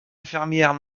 infirmière